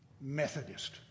Methodist